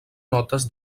notes